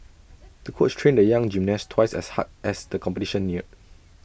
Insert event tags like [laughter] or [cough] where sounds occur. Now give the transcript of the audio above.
[noise] the coach trained the young gymnast twice as hard as the competition neared